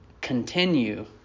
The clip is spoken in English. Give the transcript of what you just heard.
Continue